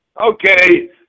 Okay